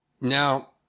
Now